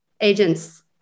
Agents